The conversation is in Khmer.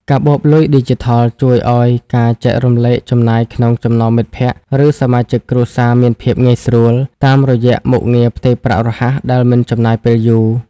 កាបូបលុយឌីជីថលជួយឱ្យការចែករំលែកចំណាយក្នុងចំណោមមិត្តភក្តិ ឬសមាជិកគ្រួសារមានភាពងាយស្រួល តាមរយៈមុខងារផ្ទេរប្រាក់រហ័សដែលមិនចំណាយពេលយូរ។